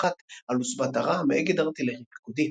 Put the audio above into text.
על עוצבת הרעם, אגד ארטילרי פיקודי.